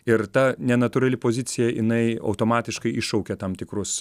ir ta nenatūrali pozicija jinai automatiškai iššaukia tam tikrus